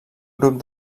grup